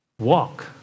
walk